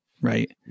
Right